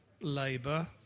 Labour